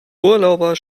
urlauber